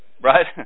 right